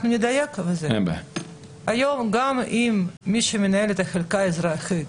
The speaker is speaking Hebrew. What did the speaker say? מי שמנהל היום את החלקה האזרחית